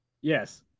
Yes